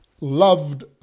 loved